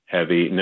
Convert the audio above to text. Heavy